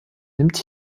nimmt